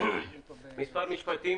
מספר משפטים